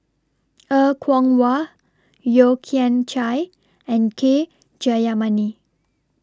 Er Kwong Wah Yeo Kian Chai and K Jayamani